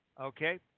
Okay